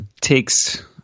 takes